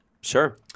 Sure